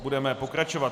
Budeme pokračovat.